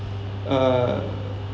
uh